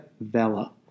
Vella